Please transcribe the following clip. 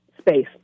space